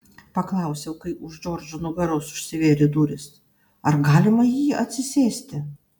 paklausiau kai už džordžo nugaros užsivėrė durys ar galima į jį atsisėsti